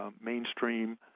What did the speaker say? mainstream